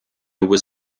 was